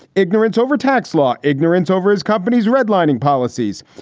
ignorance, overtax law, ignorance over his companies, redlining policies,